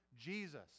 jesus